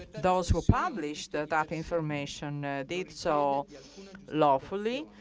those who published that information did so lawfully,